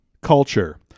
culture